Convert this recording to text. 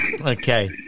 Okay